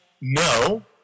no